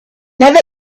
never